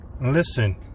Listen